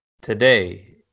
Today